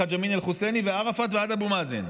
מחאג' אמין אל-חוסייני וערפאת עד אבו מאזן.